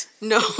No